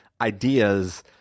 ideas